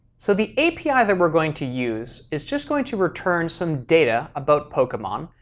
so the api that we're going to use is just going to return some data about pokemon,